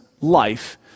life